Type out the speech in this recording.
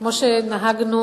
כמו שנהגנו,